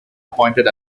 appointed